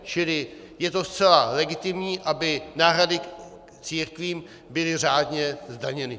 Čili je to zcela legitimní, aby náhrady církvím byly řádně zdaněny.